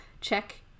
check